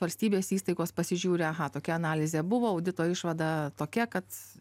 valstybės įstaigos pasižiūri aha tokia analizė buvo audito išvada tokia kad